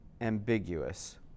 ambiguous